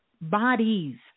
bodies